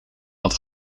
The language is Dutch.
dat